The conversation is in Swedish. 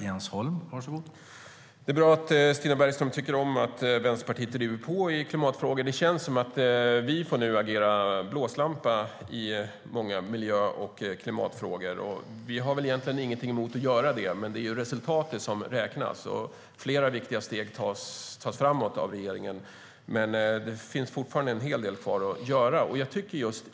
Herr talman! Det är bra att Stina Bergström tycker om att Vänsterpartiet driver på i klimatfrågorna. Det känns som att vi får agera blåslampa i många miljö och klimatfrågor. Vi har väl egentligen ingenting emot att göra det, men det är resultatet som räknas. Flera viktiga steg framåt tas av regeringen, men fortfarande finns en hel del kvar att göra.